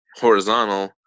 horizontal